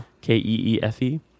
K-E-E-F-E